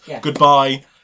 goodbye